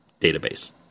database